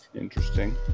Interesting